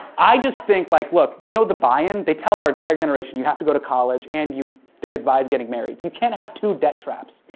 i just think like, look, you know the buy in? they tell our entire generation you have to go to college and you they advise getting married. you can't have two debt traps.